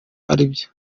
aribyo